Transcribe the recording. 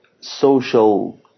social